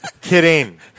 kidding